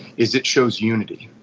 is it shows unity.